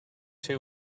two